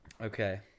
Okay